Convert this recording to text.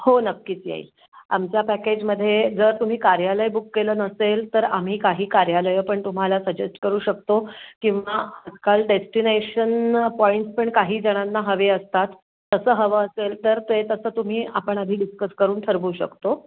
हो नक्कीच येईल आमच्या पॅकेजमध्ये जर तुम्ही कार्यालय बुक केलं नसेल तर आम्ही काही कार्यालयं पण तुम्हाला सजेस्ट करू शकतो किंवा आजकाल डेस्टिनेशन पॉईंट्स पण काही जणांना हवे असतात तसं हवं असेल तर ते तसं तुम्ही आपण आधी डिस्कस करून ठरवू शकतो